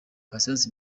patient